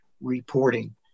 reporting